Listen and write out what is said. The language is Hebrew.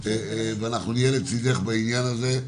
ואנחנו נהיה לצידך בעניין הזה.